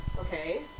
Okay